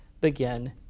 Begin